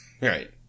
Right